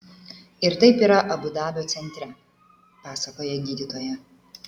ir taip yra abu dabio centre pasakoja gydytoja